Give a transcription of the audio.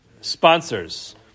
sponsors